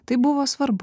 tai buvo svarbu